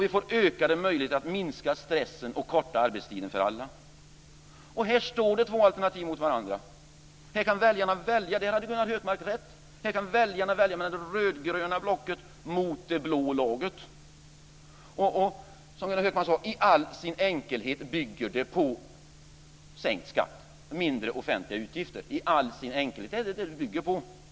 Vi får ökade möjligheter att minska stressen och korta arbetstiden för alla. Här står två alternativ mot varandra. Här kan väljarna - där hade Gunnar Hökmark rätt - välja mellan det rödgröna blocket och det blå laget. Som Gunnar Hökmark sade: I all sin enkelhet bygger det på sänkt skatt och mindre offentliga utgifter. Det är vad det blå laget bygger på.